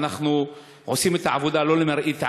ואנחנו עושים את העבודה לא למראית עין: